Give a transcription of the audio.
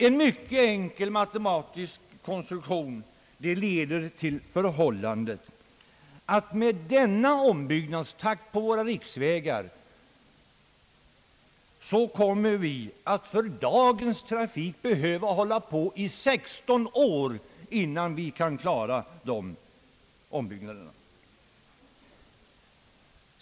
En mycket enkel matematisk beräkning leder till att vi med denna takt i ombyggnaden av våra riksvägar kommer att för dagens trafik behöva hålla på i 16 år innan vi kan klara dessa ombyggnader.